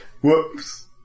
Whoops